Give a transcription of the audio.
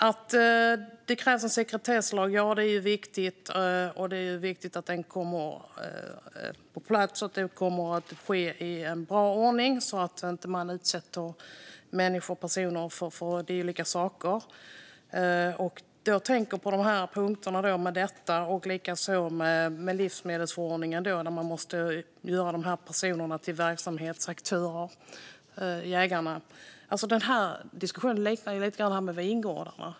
Att det krävs en sekretesslag är viktigt, och det är viktigt att den kommer på plats i bra ordning så att man inte utsätter människor för dylika saker. Jag tänker på dessa punkter och även på livsmedelsförordningen, där man måste göra dessa personer, jägarna, till verksamhetsaktörer. Denna diskussion liknar lite grann den om vingårdarna.